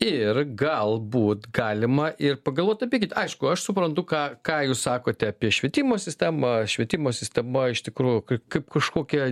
ir galbūt galima ir pagalvot apie aišku aš suprantu ką ką jūs sakote apie švietimo sistemą švietimo sistema iš tikrųjų kaip kažkokia